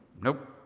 nope